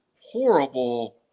horrible